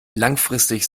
langfristig